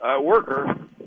worker